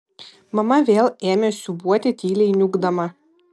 mama vėl ėmė siūbuoti tyliai niūkdama